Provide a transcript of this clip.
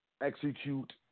execute